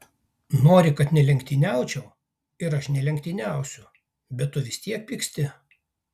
nori kad nelenktyniaučiau ir aš nelenktyniausiu bet tu vis tiek pyksti